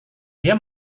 dia